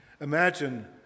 Imagine